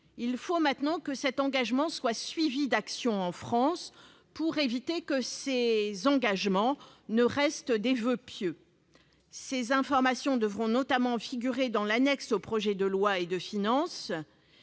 Il faut maintenant que cet engagement soit suivi d'actions dans notre pays pour éviter que ces objectifs ne restent des voeux pieux. Ces informations devront notamment figurer dans l'annexe au projet de loi de finances.